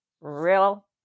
real